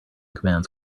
commands